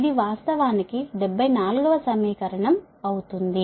ఇది వాస్తవానికి 74 వ సమీకరణం అవుతుంది